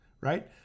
right